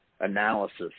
Analysis